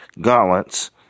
gauntlets